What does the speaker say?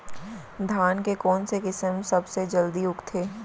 धान के कोन से किसम सबसे जलदी उगथे?